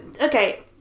okay